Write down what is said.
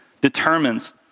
determines